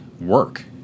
work